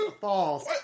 false